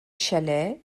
chalets